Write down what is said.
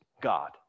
God